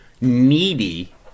needy